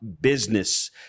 business